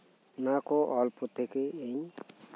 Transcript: ᱱᱚᱣᱟᱠᱩ ᱚᱞ ᱯᱩᱛᱷᱤᱜᱤ ᱤᱧ